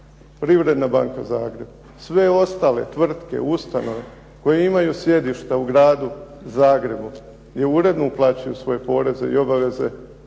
Privredna banka Zagreb, sve ostale tvrtke, ustanove koje imaju sjedišta u Gradu Zagrebu, gdje uredno uplaćuju svoje poreze i obaveze,